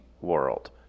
world